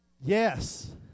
Yes